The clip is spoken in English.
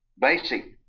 basic